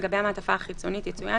על גבי המעטפה החיצונית יצוין,